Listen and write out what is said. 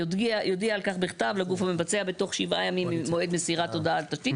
יודיע על כך בכתב לגוף המבצע בתוך 7 ימים ממועד מסירת הודעה על תשתית".